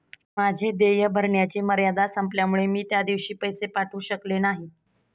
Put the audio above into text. माझे देय भरण्याची मर्यादा संपल्यामुळे मी त्या दिवशी पैसे पाठवू शकले नाही